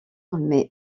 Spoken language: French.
mais